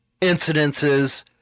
incidences